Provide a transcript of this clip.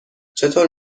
چطور